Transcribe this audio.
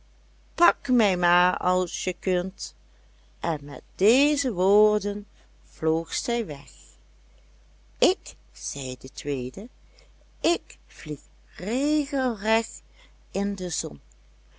pak mij maar als je kunt en met deze woorden vloog zij weg ik zei de tweede ik vlieg regelrecht in de zon